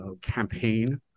campaign